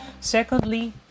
Secondly